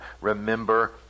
remember